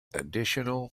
additional